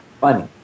funny